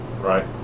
right